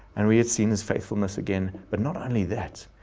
and we had seen his faithfulness again. but not only that,